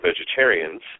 vegetarians